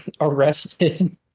Arrested